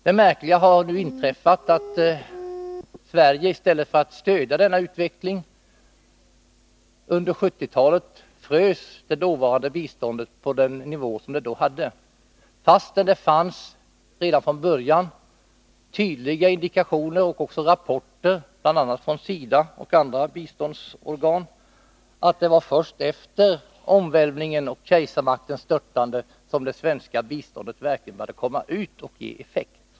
Det märkliga har nu inträffat att Sverige, i stället för att stödja denna utveckling, under 1970-talet frös biståndet på den dåvarande nivån, trots att det redan från början fanns tydliga indikationer på och rapporter, bl.a. från SIDA och andra biståndsorgan, om att det var först efter omvälvningen och kejsarmaktens störtande som det svenska biståndet verkligen började komma ut och ge effekt.